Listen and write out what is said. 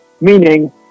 Meaning